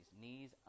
knees